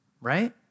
right